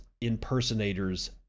impersonators